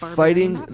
fighting